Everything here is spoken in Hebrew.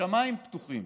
השמיים פתוחים,